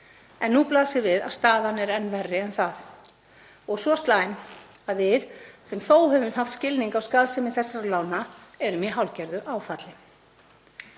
Nú blasir við að staðan er enn verri en það og svo slæm að við sem þó höfum haft skilning á skaðsemi þessara lána erum í hálfgerðu áfalli.